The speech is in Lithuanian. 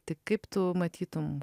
tik kaip tu matytum